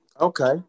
Okay